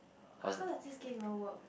how does this game even work